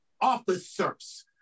officers